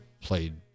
played